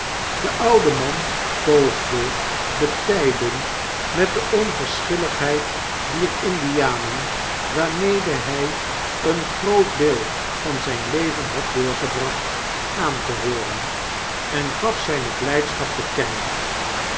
de oude man poogae de tyding met de onverschilligheid dier indianen waarmede hy een zoo groot deel van zijn leven had doorgebracht aan te hooren en gafzyneblydschap te kennen